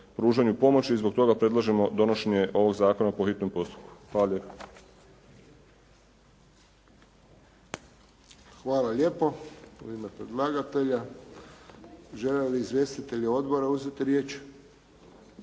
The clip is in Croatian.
predlagatelja. Žele li izvjestitelji odbora uzeti riječ?